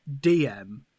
DM